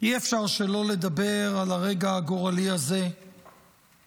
אי-אפשר שלא לדבר על הרגע הגורלי הזה ועל